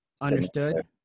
Understood